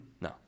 No